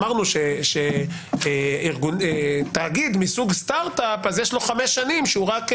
אמרנו שלתאגיד מסוג סטארט אפ יש חמש שנים בהן הוא רק משקיע,